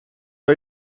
are